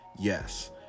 Yes